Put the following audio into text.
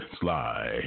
Sly